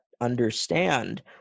understand